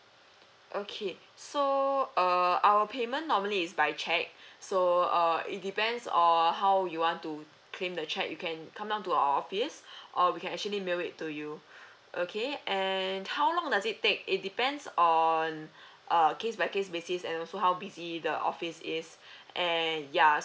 okay so err our payment normally is by cheque so err it depends on how you want to claim the cheque you can come down to our office or we can actually mail it to you okay and how long does it take it depends on uh case by case basis and also how busy the office is and ya